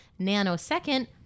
nanosecond